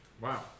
Wow